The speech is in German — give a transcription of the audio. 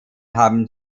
haben